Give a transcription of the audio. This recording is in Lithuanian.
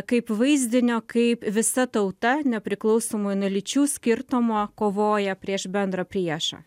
kaip vaizdinio kaip visa tauta nepriklausomai nuo lyčių skirtumo kovoja prieš bendrą priešą